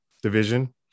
division